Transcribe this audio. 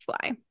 fly